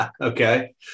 okay